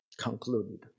concluded